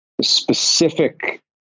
specific